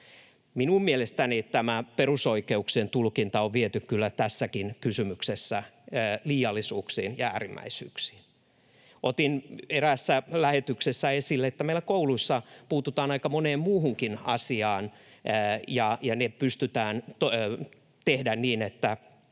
Minun mielestäni tämä perusoikeuksien tulkinta on viety kyllä tässäkin kysymyksessä liiallisuuksiin ja äärimmäisyyksiin. Otin eräässä lähetyksessä esille, että meillä kouluissa puututaan aika moneen muuhunkin asiaan ja ne pystytään tehdä niin, että